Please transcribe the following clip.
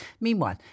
Meanwhile